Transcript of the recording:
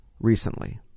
recently